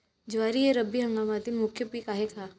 ज्वारी हे रब्बी हंगामातील मुख्य पीक आहे का?